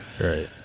right